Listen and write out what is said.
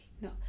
no